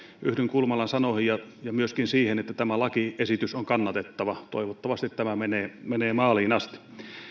yhdyn kulmalan sanoihin ja ja myöskin siihen että tämä lakiesitys on kannatettava toivottavasti tämä menee menee maaliin asti